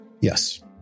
Yes